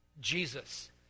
Jesus